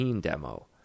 demo